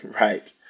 Right